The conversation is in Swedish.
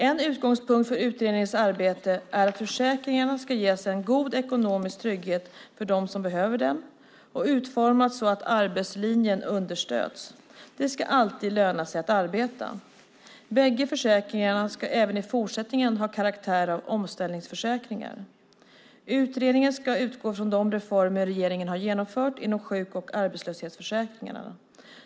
En utgångspunkt för utredningens arbete är att försäkringarna ska ge en god ekonomisk trygghet för dem som behöver dem och utformas så att arbetslinjen understöds. Det ska alltid löna sig att arbeta. Bägge försäkringarna ska även i fortsättningen ha karaktär av omställningsförsäkringar. Utredningen ska utgå från de reformer regeringen genomfört inom sjuk och arbetslöshetsförsäkringarna.